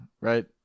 right